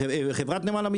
חברת נמל חיפה פרטית,